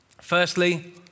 Firstly